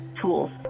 tools